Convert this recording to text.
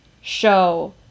show